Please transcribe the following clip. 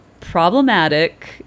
Problematic